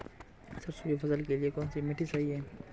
सरसों की फसल के लिए कौनसी मिट्टी सही हैं?